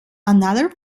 another